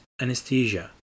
anesthesia